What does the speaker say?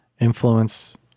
influence